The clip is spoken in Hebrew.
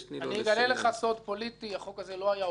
אגלה לך סוד פוליטי החוק הזה לא היה עובר כאן